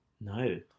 No